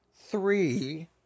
three